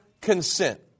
consent